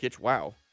wow